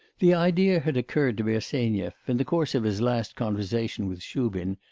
the idea had occurred to bersenyev, in the course of his last conversation with shubin,